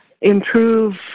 improve